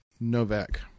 Novak